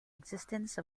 existence